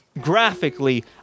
Graphically